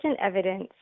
evidence